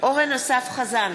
אורן אסף חזן,